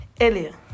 earlier